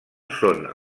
són